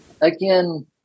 Again